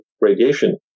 radiation